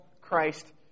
Christ